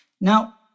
Now